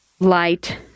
Light